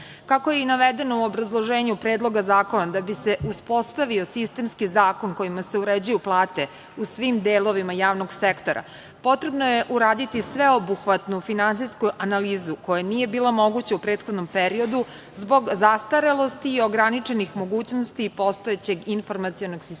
je i navedeno u obrazloženju Predloga zakona, da bi se uspostavio sistemski zakon kojim se uređuju plate u svim delovima javnog sektora, potrebno je uraditi sveobuhvatnu finansijsku analizu, koja nije bila moguća u prethodnom periodu zbog zastarelosti i ograničenih mogućnosti postojećeg informacionog sistema za